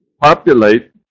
populate